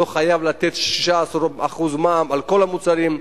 לא חייבים לתת 16% מע"מ על כל המוצרים.